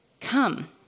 come